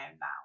now